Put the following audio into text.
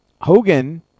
Hogan